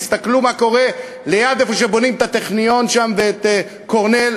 תסתכלו מה קורה באזור שבונים בו את הטכניון שם ואת קורנל,